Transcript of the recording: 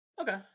okay